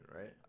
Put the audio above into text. right